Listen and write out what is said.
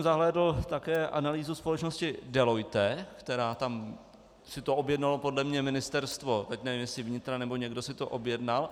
Zahlédl jsem také analýzu společnosti Deloitte, kterou si objednalo podle mě ministerstvo, teď nevím, jestli vnitra, nebo někdo si to objednal.